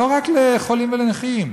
לא רק לחולים ולנכים.